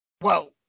whoa